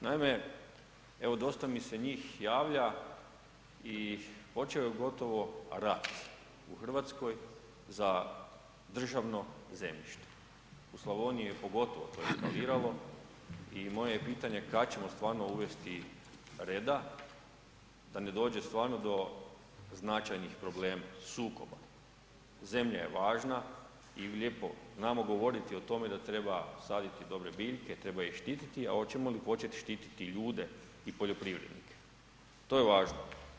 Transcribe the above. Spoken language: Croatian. Naime, evo dosta mi se njih javlja i počeo je gotovo rat u RH za državno zemljište, u Slavoniji je pogotovo to eskaliralo i moje je pitanje kad ćemo stvarno uvesti reda da ne dođe stvarno do značajnih problema, sukoba, zemlja je važna i lijepo znamo govoriti o tome da treba saditi dobre biljke, treba ih štititi, a oćemo li počet štititi ljude i poljoprivrednike, to je važno.